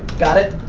got it?